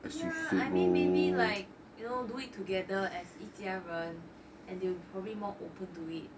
yeah I mean maybe like you know do it together as 一家人 and they'll probably more open to it